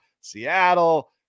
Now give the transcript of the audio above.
Seattle